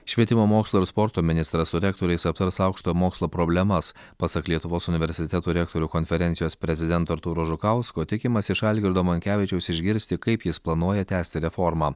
švietimo mokslo ir sporto ministras su rektoriais aptars aukštojo mokslo problemas pasak lietuvos universitetų rektorių konferencijos prezidento artūro žukausko tikimasi iš algirdo monkevičiaus išgirsti kaip jis planuoja tęsti reformą